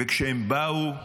וכשהם באו,